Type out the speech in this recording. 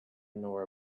nor